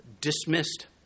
dismissed